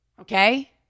Okay